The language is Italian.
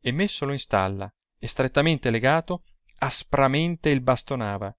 e messolo in stalla e strettamente legato aspramente il bastonava